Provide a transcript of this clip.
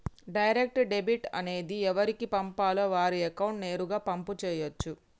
direct debit అనేది ఎవరికి పంపాలో వారి అకౌంట్ నేరుగా పంపు చేయచ్చు